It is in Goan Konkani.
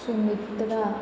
सुमित्रा